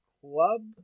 club